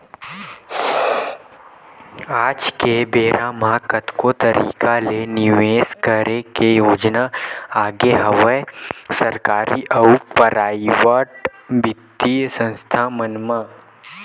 आज के बेरा म कतको तरिका ले निवेस करे के योजना आगे हवय सरकारी अउ पराइेवट बित्तीय संस्था मन म